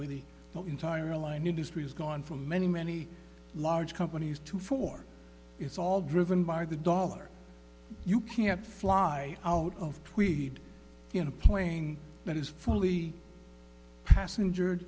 way the entire airline industry has gone from many many large companies to four it's all driven by the dollar you can't fly out of tweed in a plane that is fully passenger